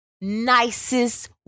Nicest